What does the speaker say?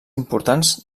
importants